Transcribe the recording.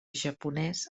japonès